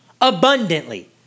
Abundantly